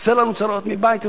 חסר לנו צרות מבית ומחוץ?